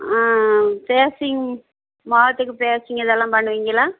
ஆ facing முகத்துக்கு facing இதெல்லாம் பண்ணுவீங்களா